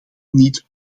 niet